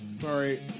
Sorry